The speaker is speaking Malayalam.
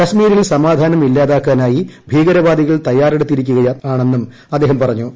കശ്മീരിൽ സമാധാനം ഇല്ലാതാക്കാനായി ഭീകരവാദികൾ തയ്യാറെടുത്തിരിക്കുന്നതായും അദ്ദേഹം പറഞ്ഞു